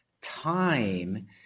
time